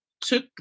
took